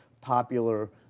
popular